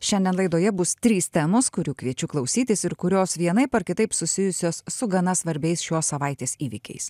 šiandien laidoje bus trys temos kurių kviečiu klausytis ir kurios vienaip ar kitaip susijusios su gana svarbiais šios savaitės įvykiais